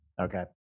Okay